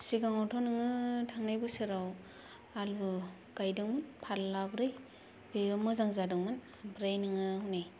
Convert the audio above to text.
सिगांआवथ' नोङो थांनाय बोसोराव आलु गायदोंमोन फाल्ला ब्रै बेयो मोजां जादोंमोन ओमफ्राय नोङो हनै